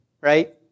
right